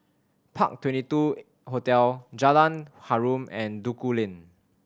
Park Twenty two Hotel Jalan Harum and Duku Lane